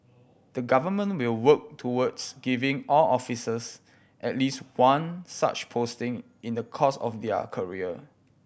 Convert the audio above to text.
the Government will work towards giving all officers at least one such posting in the course of their career